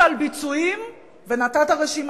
כבוד השר,